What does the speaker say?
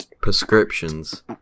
prescriptions